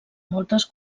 moltes